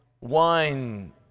wine